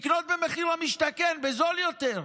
לקנות במחיר למשתכן, בזול יותר,